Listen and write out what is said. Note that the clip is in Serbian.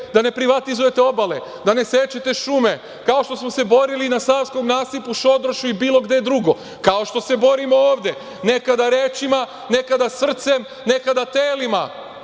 da ne privatizujete obale, da ne sečete šume, kao što smo se borili na Savskom nasipu, Šodrošu i bilo gde drugo, kao što se borimo ovde, nekada rečima, nekada srcem, nekada